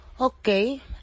Okay